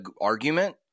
argument